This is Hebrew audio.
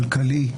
כלכלי,